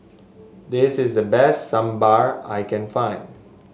this is the best Sambar I can find